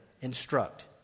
instruct